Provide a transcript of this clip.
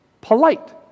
polite